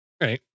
Right